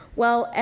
well,